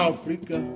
Africa